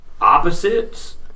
opposites